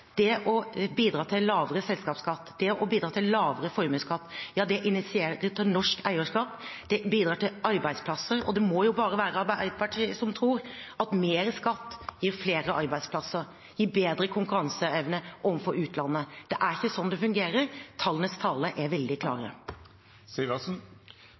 det å bidra til lavere selskapsskatt, det å bidra til lavere formuesskatt. Ja, det initierer til norsk eierskap, og det bidrar til arbeidsplasser. Det må jo bare være Arbeiderpartiet som tror at mer skatt gir flere arbeidsplasser, gir bedre konkurranseevne overfor utlandet. Det er ikke sånn det fungerer. Tallenes tale er veldig